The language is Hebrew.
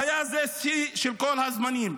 והיה זה שיא של כל הזמנים.